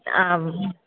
आम्